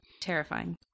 Terrifying